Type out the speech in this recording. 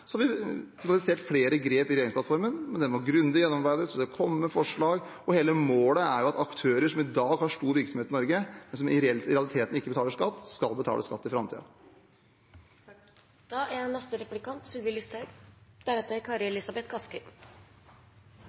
har vi signalisert flere grep i regjeringsplattformen, men det må gjennomarbeides grundig. Vi skal komme med forslag, og målet er at aktører som i dag har stor virksomhet i Norge, men som i realiteten ikke betaler skatt, skal betale skatt i framtiden. La meg starte med å gratulere finansminister Slagsvold Vedum. Det er